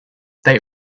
they